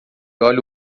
olha